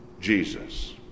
Jesus